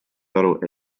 aru